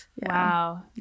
Wow